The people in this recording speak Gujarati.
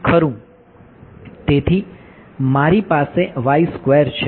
ખરું તેથી મારી પાસે છે